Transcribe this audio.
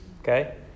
okay